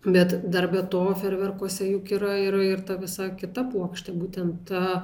bet dar be to ferverkuose juk yra ir ir ta visa kita puokštė būtent ta